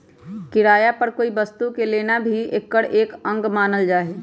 किराया पर कोई वस्तु के लेना भी एकर एक अंग मानल जाहई